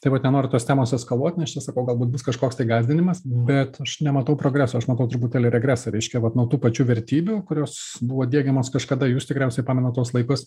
tai vat nenoriu tos temos eskaluot nes čia sakau galbūt bus kažkoks tai gąsdinimas bet aš nematau progreso aš matau truputėlį regresą reiškia vat nuo tų pačių vertybių kurios buvo diegiamos kažkada jūs tikriausiai pamenat tuos laikus